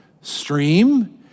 stream